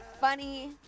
Funny